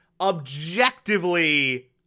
objectively